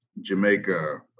Jamaica